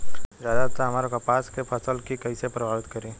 ज्यादा आद्रता हमार कपास के फसल कि कइसे प्रभावित करी?